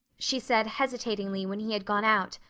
she said hesitatingly when he had gone out,